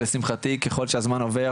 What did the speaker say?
ולשמחתי ככל שהזמן עובר,